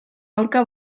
aurka